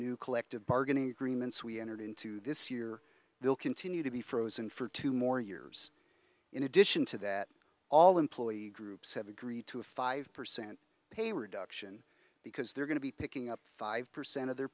new collective bargaining agreements we entered into this year they'll continue to be frozen for two more years in addition to that all employee groups have agreed to a five percent pay reduction because they're going to be picking up five percent of their